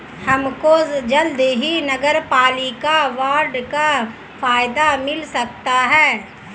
हमको जल्द ही नगरपालिका बॉन्ड का फायदा मिल सकता है